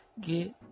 get